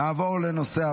להלן תוצאות